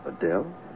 Adele